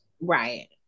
Right